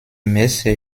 messe